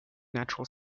natural